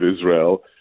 Israel